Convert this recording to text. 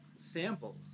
samples